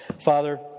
Father